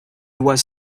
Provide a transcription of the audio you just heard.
was